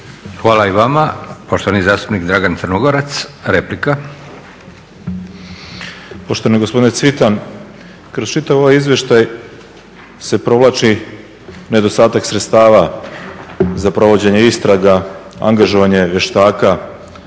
Hvala i vama. Poštovani zastupnik Dragan Crnogorac, replika.